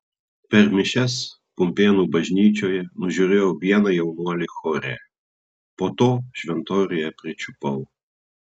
per mišias pumpėnų bažnyčioje nužiūrėjau vieną jaunuolį chore po to šventoriuje pričiupau